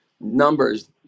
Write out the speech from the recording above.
numbers